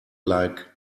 like